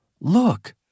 Look